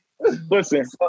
Listen